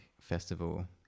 Festival